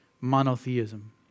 monotheism